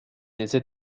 ese